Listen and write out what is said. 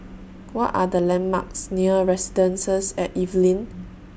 What Are The landmarks near Residences At Evelyn